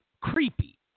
creepy